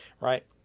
right